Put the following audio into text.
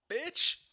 bitch